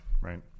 right